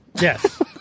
Yes